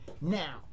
Now